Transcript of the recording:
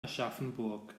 aschaffenburg